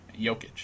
Jokic